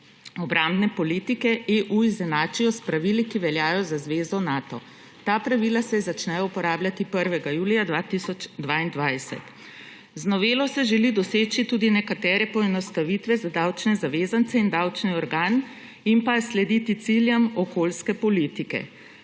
obrambne politike EU izenačijo s pravili, ki veljajo za zvezo Nato. Ta pravila se začnejo uporabljati 1. julija 2022. Z novelo se želi doseči tudi nekatere poenostavitve za davčne zavezance in davčni organ in pa slediti ciljem okoljske politike.